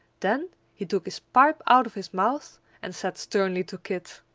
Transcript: then he took his pipe out of his mouth and said sternly to kit,